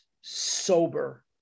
sober